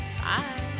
Bye